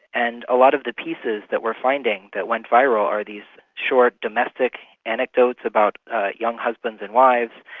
and a lot of the pieces that we're finding that went viral are these short, domestic anecdotes about young husbands and wives,